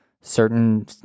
certain